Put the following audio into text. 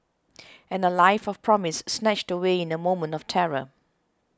and a life of promise snatched away in a moment of terror